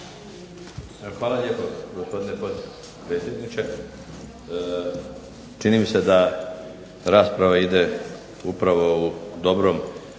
Hvala lijepo gospodine potpredsjedniče. Čini mi se da rasprava ide upravo u dobrom